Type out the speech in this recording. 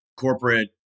corporate